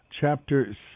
Chapter